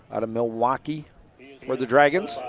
out of milwaukee for the dragons.